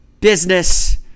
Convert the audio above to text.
business